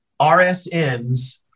rsns